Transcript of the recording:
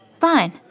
Fine